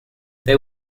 they